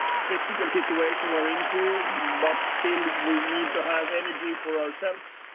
critical situation we're into. but. still, we need to have energy for ourselves.